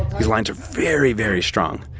these lines are very, very strong.